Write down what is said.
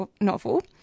novel